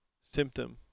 symptom